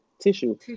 tissue